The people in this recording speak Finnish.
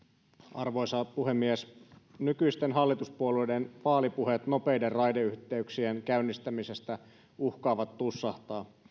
arvoisa puhemies nykyisten hallituspuolueiden vaalipuheet nopeiden raideyhteyksien käynnistämisestä uhkaavat tussahtaa